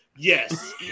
Yes